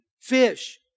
fish